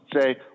say